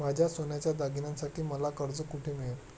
माझ्या सोन्याच्या दागिन्यांसाठी मला कर्ज कुठे मिळेल?